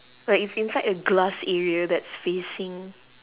like it's inside a glass area that's facing